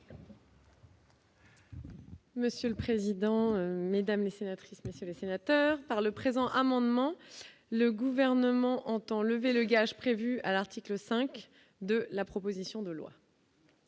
Monsieur le président, Mesdames, sénatrice Monsieur le Sénateur, par le présent amendement, le gouvernement entend lever le gage prévue à l'article 5 de la proposition de loi.